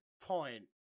point